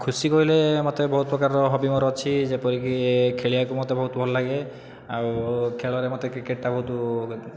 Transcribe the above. ଖୁସି କହିଲେ ମୋତେ ବହୁତ ପ୍ରକାରର ହବି ମୋ'ର ଅଛି ଯେପରିକି ଖେଳିବାକୁ ମୋତେ ବହୁତ ଭଲ ଲାଗେ ଆଉ ଖେଳରେ ମୋତେ କ୍ରିକେଟଟା ବହୁତ